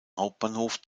hauptbahnhof